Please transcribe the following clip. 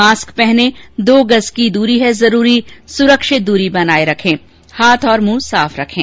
mask पहलें दो गज़ की दूरी है जरूरी सुरक्षित दूरी बनाए रखें हाय और मुंह साफ रखें